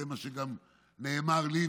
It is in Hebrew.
זה גם מה שנאמר לי,